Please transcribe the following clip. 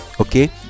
Okay